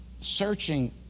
searching